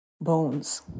bones